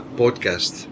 podcast